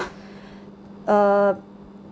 uh